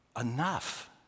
enough